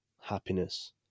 happiness